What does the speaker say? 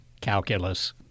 calculus